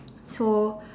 so